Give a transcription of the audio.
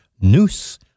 Noose